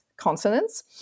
consonants